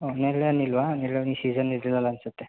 ಹ್ಞೂ ನೇರಳೆ ಹಣ್ಣು ಇಲ್ವಾ ನೇರಳೆ ಹಣ್ಣು ಸೀಸನ್ ಇದ್ದಿಲ್ಲ ಅನ್ಸುತ್ತೆ